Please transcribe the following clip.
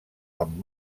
amb